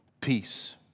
Peace